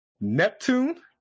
Neptune